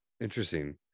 interesting